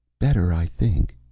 better, i think,